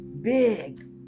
Big